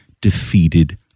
defeated